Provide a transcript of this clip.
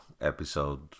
episode